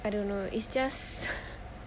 I don't know it's just